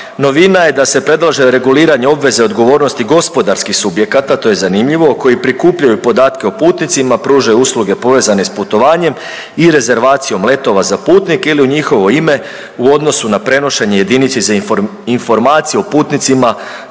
Novina je da se predlaže reguliranje obveze odgovornosti gospodarskih subjekata to je zanimljivo koji prikupljaju podatke o putnicima, pružaju usluge povezane sa putovanjem i rezervacijom letova za putnike ili u njihovo ime u odnosu na prenošenje jedinici za informacije o putnicima